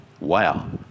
wow